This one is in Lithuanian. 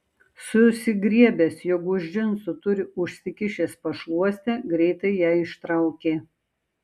susigriebęs jog už džinsų turi užsikišęs pašluostę greitai ją ištraukė